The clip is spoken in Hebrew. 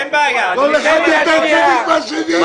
כל אחד יותר צדיק מהשני.